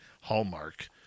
Hallmark